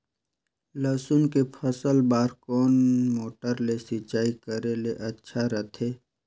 लसुन के फसल बार कोन मोटर ले सिंचाई करे ले अच्छा रथे?